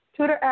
Tutor